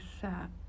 sat